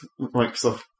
Microsoft